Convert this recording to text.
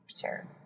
Sure